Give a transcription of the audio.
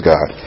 God